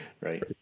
Right